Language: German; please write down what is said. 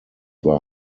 war